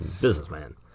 Businessman